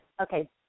Okay